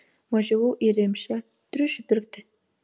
važiavau į rimšę triušių pirkti